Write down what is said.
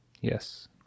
Yes